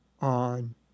on